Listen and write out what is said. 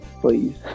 please